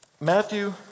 Matthew